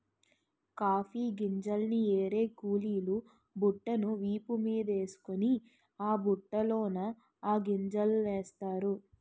coffee గింజల్ని ఏరే కూలీలు బుట్టను వీపు మీదేసుకొని ఆ బుట్టలోన ఆ గింజలనేస్తారు